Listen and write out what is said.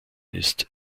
ist